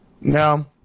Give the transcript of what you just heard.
No